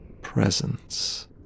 presence